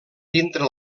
dintre